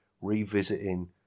revisiting